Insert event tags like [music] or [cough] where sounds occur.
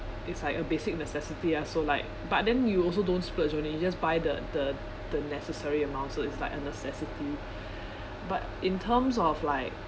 is like a basic necessity ah so like but then you also don't splurge on it you just buy the the the necessary amount so it's likea necessity [breath] but in terms of like